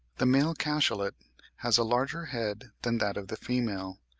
the male cachalot has a larger head than that of the female,